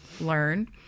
learn